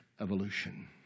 evolution